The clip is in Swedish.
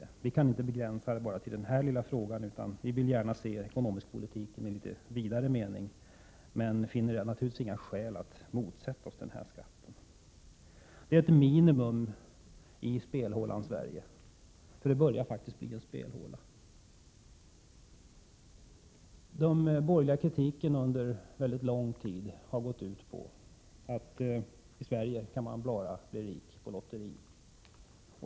Vi anser att man inte kan begränsa det till att bara handla om denna lilla fråga, utan vi vill gärna se den ekonomiska politiken i en litet vidare mening. Vi finner emellertid inga skäl att motsätta oss denna skatt. Det är fråga om ett minimum av åtgärder som behövs i spelhålans Sverige. Vårt land börjar faktiskt likna en spelhåla. Den borgerliga kritiken har under mycket lång tid gått ut på att man i Sverige kan bli rik bara på lotteri.